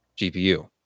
GPU